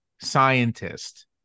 scientist